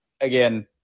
again